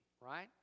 right